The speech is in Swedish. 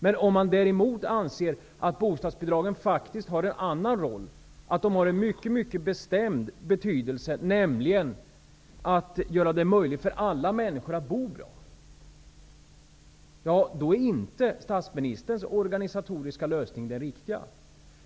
Men om man däremot anser att bostadsbidragen faktiskt spelar en annan roll och har en mycket bestämd betydelse, nämligen att göra det möjligt för alla människor att bo bra, är inte statsministerns organisatoriska lösning riktig.